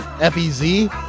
F-E-Z